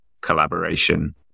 collaboration